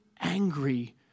angry